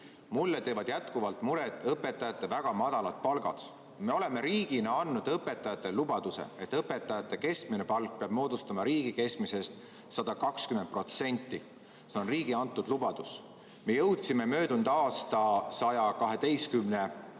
Mulle teevad jätkuvalt muret õpetajate väga madalad palgad. Me oleme riigina andnud õpetajatele lubaduse, et nende keskmine palk peab moodustama riigi keskmisega võrreldes 120%. See on riigi antud lubadus. Me jõudsime möödunud aastal 112%-ni,